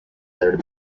there